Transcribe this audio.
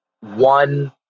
one